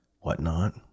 whatnot